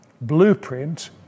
blueprint